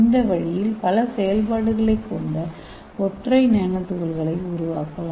இந்த வழியில் பல செயல்பாடுகளைக் கொண்ட ஒற்றை நானோ துகள்களை உருவாக்கலாம்